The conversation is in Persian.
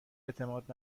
اعتماد